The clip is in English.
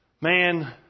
Man